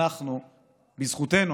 בזכותנו,